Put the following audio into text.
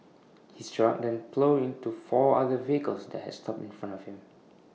his truck then ploughed into four other vehicles that had stopped in front of him